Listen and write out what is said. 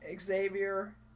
Xavier